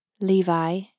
Levi